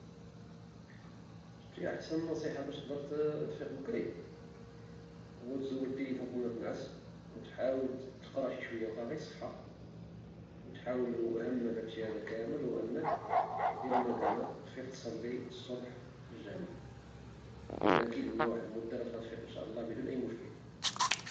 شفتي أحسن نصيحة باش تقدر تفيق بكري هو تزول التيليفون قبل متنعس وتحاول تقرا شي شوية وخا غير صفحة وتحاول أهم من هدشي كامل هو أنك دير المكانة وتفيق تصلي الصبح في الجامع كن أكيد أنه واحد المدة غتبقى تفيق بكري بدون أي مشكل.